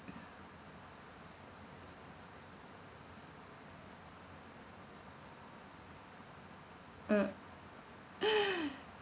mm